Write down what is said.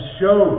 show